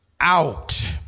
out